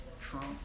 Trump